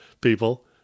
people